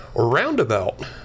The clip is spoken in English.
Roundabout